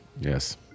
Yes